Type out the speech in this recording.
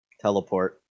Teleport